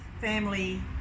Family